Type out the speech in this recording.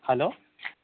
hello